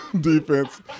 defense